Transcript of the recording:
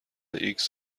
ایکس